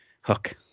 Hook